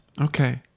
Okay